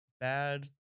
bad